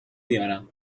میارم